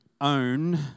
Own